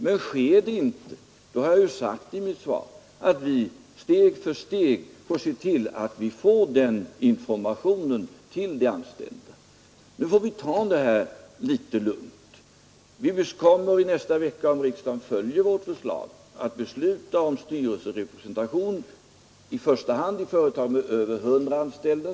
Men sker det inte får vi, som jag sagt i mitt svar, steg för steg se till att man får den informationen till de anställda. Vi skall i nästa vecka, om riksdagen följer vårt förslag, besluta om rationalisering av styrelserepresentation, i första hand i företag med över 100 anställda.